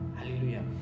Hallelujah